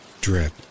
Drip